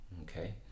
okay